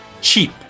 cheap